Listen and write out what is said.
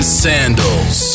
sandals